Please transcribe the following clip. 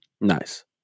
nice